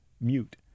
mute